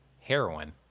Heroin